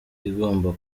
igomba